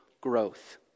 growth